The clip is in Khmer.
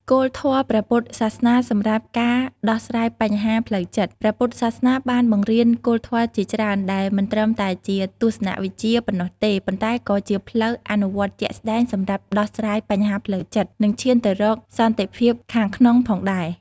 គោលធម៌ព្រះពុទ្ធសាសនាសម្រាប់ការដោះស្រាយបញ្ហាផ្លូវចិត្ត ព្រះពុទ្ធសាសនាបានបង្រៀនគោលធម៌ជាច្រើន ដែលមិនត្រឹមតែជាទស្សនវិជ្ជាប៉ុណ្ណោះទេ ប៉ុន្តែក៏ជាផ្លូវអនុវត្តជាក់ស្តែងសម្រាប់ដោះស្រាយបញ្ហាផ្លូវចិត្ត និងឈានទៅរកសន្តិភាពខាងក្នុងផងដែរ។